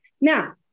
Now